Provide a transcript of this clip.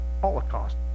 holocaust